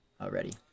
already